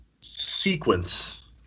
sequence